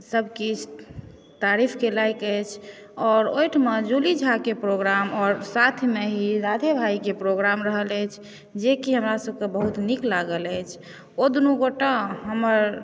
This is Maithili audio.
सबकिछु तारीफके लायक अछि आओर ओहिठाम जूली झाके प्रोग्राम आओर साथमे ही राधे भाइके प्रोग्राम रहल अछि जेकि हमरा सबके बहुत नीक लागल अछि ओ दुनू गोटा हमर